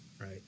right